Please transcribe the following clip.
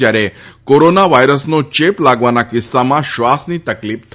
જ્યારે કોરોના વાયરસનો ચેપ લાગવાના કિસ્સામાં શ્વાસની તકલીફ થાય છે